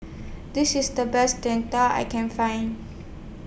This IS The Best Jian Dui I Can Find